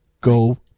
Go